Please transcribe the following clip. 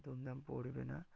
দুমদাম পড়বে না